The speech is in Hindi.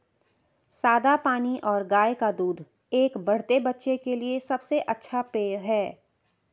सादा पानी और गाय का दूध एक बढ़ते बच्चे के लिए सबसे अच्छा पेय हैं